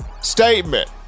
statement